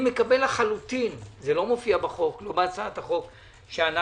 אני מקבל לחלוטין זה לא מופיע בחוק או בהצעת החוק שהנחנו,